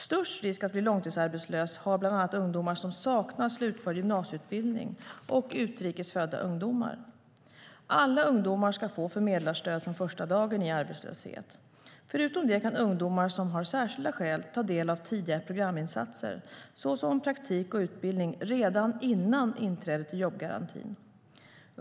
Störst risk att bli långtidsarbetslösa har bland annat ungdomar som saknar slutförd gymnasieutbildning och utrikes födda ungdomar. Alla ungdomar ska få förmedlarstöd från första dagen i arbetslöshet. Förutom det kan ungdomar som har särskilda skäl ta del av tidiga programinsatser, såsom praktik och utbildning, redan innan inträdet i jobbgarantin.